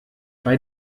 bei